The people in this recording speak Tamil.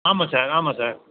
ஆமாம் சார் ஆமாம் சார்